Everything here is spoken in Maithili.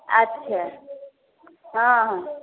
अच्छा हँ हँ